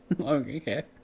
Okay